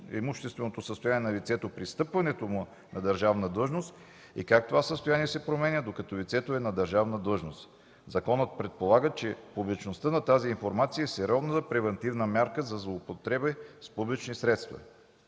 имущественото състояние на лицето при встъпването му на държавна длъжност и как това състояние се променя, докато лицето е на държавна длъжност. Законът предполага, че публичността на тази информация е сериозна превантивна мярка за злоупотреби с публични средства.